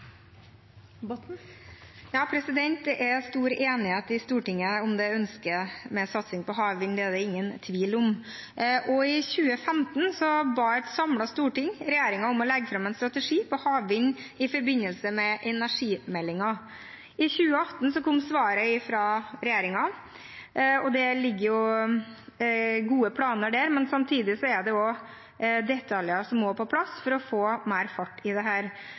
stor enighet i Stortinget om ønsket om satsing på havvind – det er det ingen tvil om. I 2015 ba et samlet storting regjeringen i forbindelse med energimeldingen om å legge fram en strategi for havvind. I 2018 kom svaret fra regjeringen, og det ligger jo gode planer der, men samtidig er det også detaljer som må på plass for å få mer fart på dette. Derfor ser vi at Høyre og Fremskrittspartiets representanter på Stortinget i